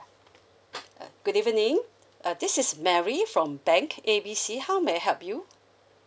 good evening uh this is mary from bank A B C how may I help you